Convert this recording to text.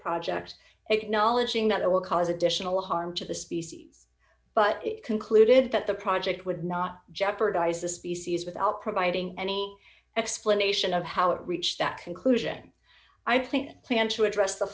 project acknowledging that it will cause additional harm to the species but it concluded that the project would not jeopardize the species without providing any explanation of how it reached that conclusion i think plan to address the